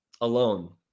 alone